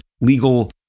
legal